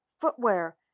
Footwear